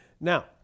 Now